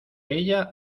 ella